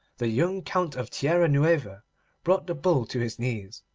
the young count of tierra-nueva brought the bull to his knees,